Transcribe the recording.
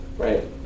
Right